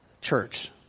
church